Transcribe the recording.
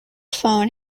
phone